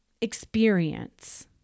experience